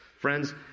Friends